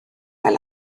fel